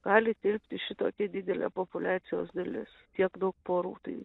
gali tilpti šitokia didelė populiacijos dalis tiek daug porų tai